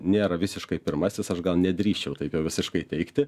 nėra visiškai pirmasis aš gal nedrįsčiau taip jau visiškai teigti